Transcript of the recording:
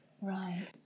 right